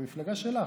מהמפלגה שלך,